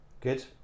Good